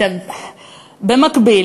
במקביל,